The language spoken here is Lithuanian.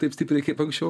taip stipriai kaip anksčiau